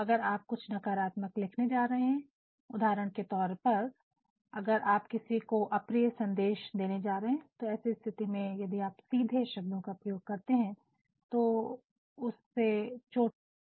तो अगर आप कुछ नकारात्मक लिखने जा रहे हैं उदाहरण के तौर पर अगर आप किसी को अप्रिय संदेश देने जा रहे हैं तो ऐसी स्थिति में यदि आप सीधे शब्दों का प्रयोग करते हैं तो उससे चोट पहुंचेगी